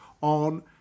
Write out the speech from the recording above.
on